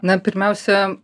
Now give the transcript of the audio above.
na pirmiausia